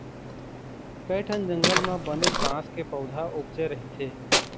कइठन जंगल म बनेच बांस के पउथा उपजे रहिथे